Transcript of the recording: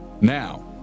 Now